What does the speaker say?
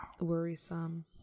worrisome